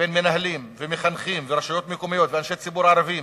לבין מנהלים ומחנכים ורשויות מקומיות ואנשי ציבור ערבים